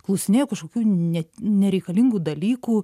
klausinėjo kažkokių ne nereikalingų dalykų